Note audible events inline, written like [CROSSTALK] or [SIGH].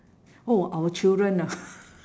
oh our children ah [LAUGHS]